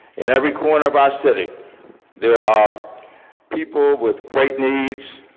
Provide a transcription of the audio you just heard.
in every corner of our city there are people with great needs,